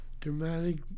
dramatic